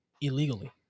illegally